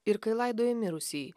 ir kai laidoja mirusįjį